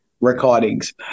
recordings